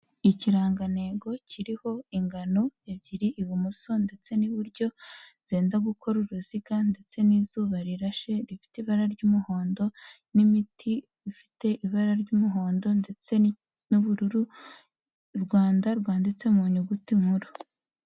Ikirangantego kiriho ingano ebyiri, ibumoso ndetse n'iburyo zenda gukora uruziga ndetse n'izuba rirashe rifite ibara ry'umuhondo n'imiti ifite ibara ry'umuhondo ndetse n'ubururu, u Rwanda rwanditse mu nyuguti nkuru.